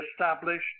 established